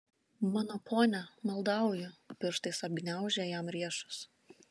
mano pone maldauju pirštais apgniaužė jam riešus